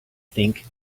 think